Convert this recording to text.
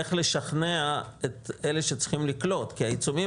איך לשכנע את אלה שצריכים לקלוט כי העיצומים